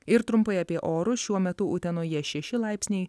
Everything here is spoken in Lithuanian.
ir trumpai apie orus šiuo metu utenoje šeši laipsniai